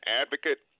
advocate